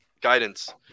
guidance